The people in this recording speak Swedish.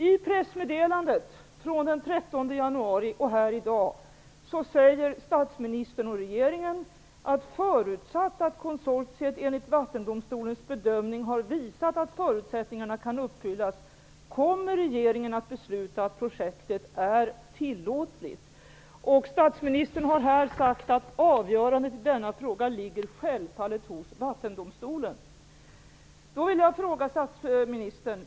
I pressmeddelandet från den 13 januari och också här i dag säger statsministern och regeringen att förutsatt att konsortiet enligt Vattendomstolens bedömning har visat att förutsättningarna kan uppfyllas kommer regeringen att besluta att projektet är tillåtligt. Statsministern har här sagt: Avgörandet i denna fråga ligger självfallet hos Vattendomstolen.